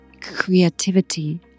creativity